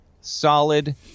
solid